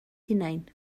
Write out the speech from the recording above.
hunain